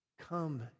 Come